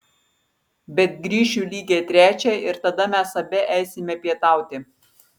bet grįšiu lygiai trečią ir tada mes abi eisime pietauti